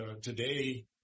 today